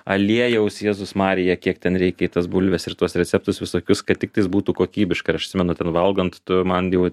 aliejaus jėzus marija kiek ten reikia į tas bulves ir tuos receptus visokius kad tiktais būtų kokybiška ir aš atsimenu ten valgant tu man jau